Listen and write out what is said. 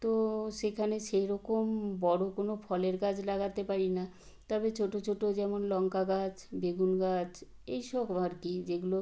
তো সেখানে সেইরকম বড় কোনো ফলের গাছ লাগাতে পারি না তবে ছোটো ছোটো যেমন লঙ্কা গাছ বেগুন গাছ এই সব আর কি যেগুলো